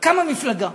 קמה מפלגה.